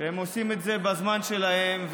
הם עושים את זה בזמן שלהם,